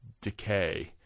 decay